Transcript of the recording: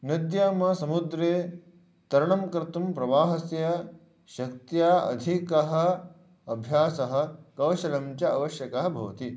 नद्यां समुद्रे तरणं कर्तुं प्रवाहस्य शक्त्या अधिकः अभ्यासः कौशलं च आवश्यकः भवति